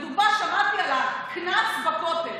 ולדוגמה שמעתי על הקנס בכותל,